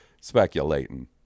speculating